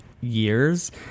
years